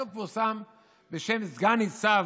שאדם בשם סגן ניצב